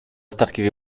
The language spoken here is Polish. statki